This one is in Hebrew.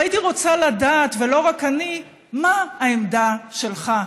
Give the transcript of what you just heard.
והייתי רוצה לדעת, ולא רק אני, מה העמדה שלך,